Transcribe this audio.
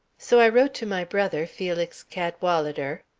so i wrote to my brother, felix cadwalader,